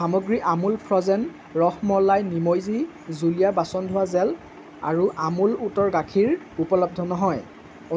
সামগ্ৰী আমূল ফ্ৰ'জেন ৰসমলাই নিমইজি জুলীয়া বাচন ধোৱা জেল আৰু আমূল উটৰ গাখীৰ উপলব্ধ নহয়